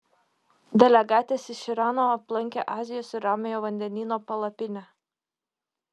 delegatės iš irano aplankė azijos ir ramiojo vandenyno palapinę